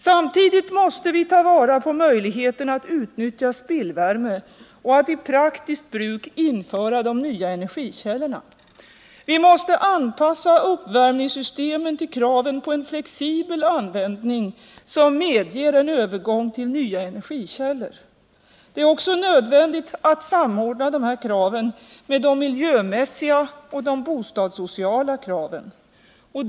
Samtidigt måste vi ta vara på möjligheterna att utnyttja spillvärme och att i praktiskt bruk införa de nya energikällorna. Vi måste anpassa uppvärmningssystemen till kraven på flexibel användning som medger en övergång till nya energikällor. Det är också nödvändigt att samordna de här kraven med de miljömässiga och de bostadssociala kraven.